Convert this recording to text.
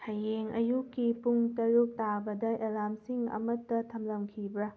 ꯍꯌꯦꯡ ꯑꯌꯨꯛꯀꯤ ꯄꯨꯡ ꯇꯥꯔꯨꯛ ꯇꯕꯗ ꯑꯦꯂꯥꯔꯝꯁꯤꯡ ꯑꯃꯇ ꯊꯝꯂꯝꯈꯤꯕ꯭ꯔꯥ